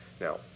Now